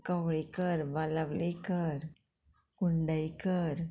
Kavlekar Walawalkar Kundaikar